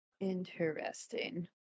Interesting